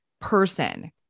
person